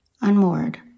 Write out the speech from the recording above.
unmoored